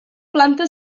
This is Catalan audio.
planta